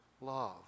love